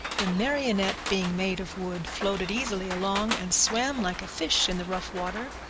the marionette, being made of wood, floated easily along and swam like a fish in the rough water.